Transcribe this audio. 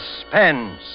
Suspense